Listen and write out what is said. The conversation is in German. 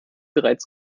bereits